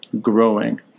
growing